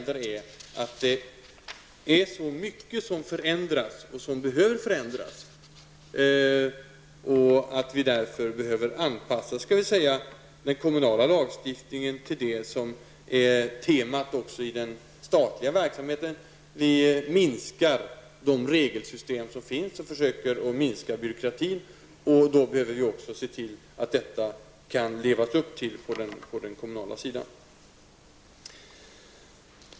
Det är mycket som förändras och som behöver förändras, och vi behöver anpassa den kommunala lagstiftningen till det som är temat i den statliga verksamheten. Vi minskar omfattningen av de regelsystem som finns, och vi försöker att minska byråkratin. Då behöver vi se till att det går att leva upp till detta på den kommunala sidan.